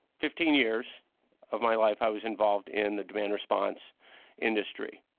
fifteen years of my life, i was involved in the demand response industry.